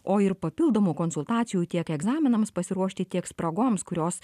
o ir papildomų konsultacijų tiek egzaminams pasiruošti tiek spragoms kurios